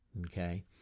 okay